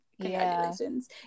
congratulations